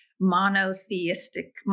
monotheistic